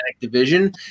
Division